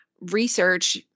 research